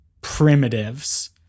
primitives